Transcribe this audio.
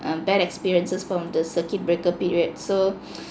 um bad experiences from the circuit breaker period so